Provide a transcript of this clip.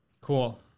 cool